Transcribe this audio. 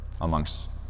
amongst